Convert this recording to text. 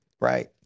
right